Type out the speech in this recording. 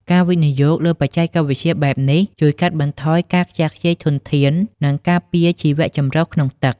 ការវិនិយោគលើបច្ចេកវិទ្យាបែបនេះជួយកាត់បន្ថយការខ្ជះខ្ជាយធនធាន និងការពារជីវចម្រុះក្នុងទឹក។